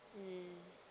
mmhmm